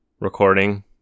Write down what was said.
recording